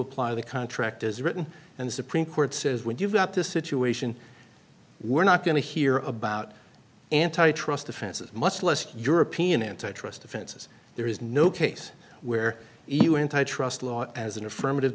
apply the contract as written and the supreme court says when you've got this situation we're not going to hear about antitrust offenses much less european antitrust offenses there is no case where you antitrust law as an affirmative